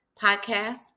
podcast